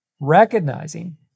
recognizing